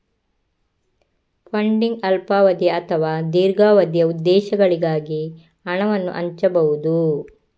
funding ಅಲ್ಪಾವಧಿಯ ಅಥವಾ ದೀರ್ಘಾವಧಿಯ ಉದ್ದೇಶಗಳಿಗಾಗಿ ಹಣವನ್ನು ಹಂಚಬಹುದು